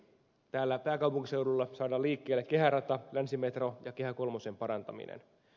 täällä pääkaupunkiseudulla saadaan liikkeelle kehärata länsimetro ja kehä kolmosen parantaminen